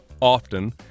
often